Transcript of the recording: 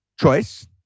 choice